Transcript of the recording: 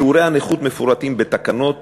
שיעורי הנכות מפורטים בתקנות